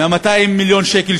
מ-200 מיליון שקל,